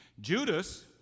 Judas